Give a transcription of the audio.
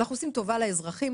אנחנו עושים טובה לאזרחים.